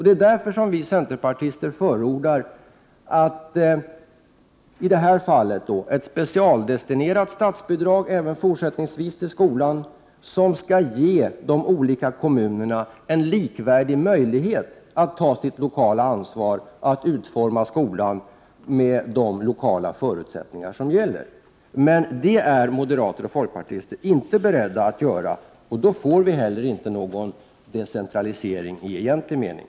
Det är därför som vi centerpartister i detta fall förordar ett specialdestinerat statsbidrag även fortsättningsvis till 45 skolan, vilket skall ge de olika kommunerna likvärda möjligheter att ta sitt lokala ansvar och att utforma skolan med de lokala förutsättningar som gäller. Men det är moderater och folkpartister inte beredda att göra, och då får vi inte heller någon decentralisering i egentlig mening.